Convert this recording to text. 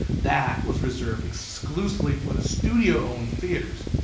that was reserved exclusively for the studio owned theaters.